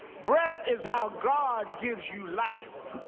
breath is how god gives you life.